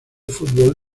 fútbol